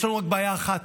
יש לנו רק בעיה אחת,